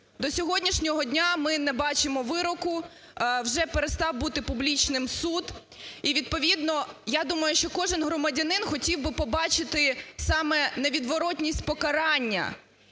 До сьогоднішнього дня ми не бачимо вироку, вже перестав бути публічним суд і відповідно, я думаю, що кожен громадянин хотів би побачити саме невідворотність покарання